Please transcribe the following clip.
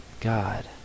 God